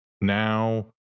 now